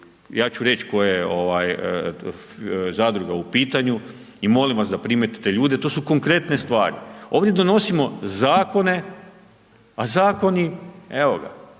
ja ću reći koja je zadruga u pitanju i molim vas da primijetite ljude, to su konkretne stvari, ovdje donosimo zakone a zakoni evo ga,